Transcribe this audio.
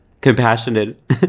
Compassionate